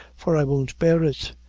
for i won't bear it.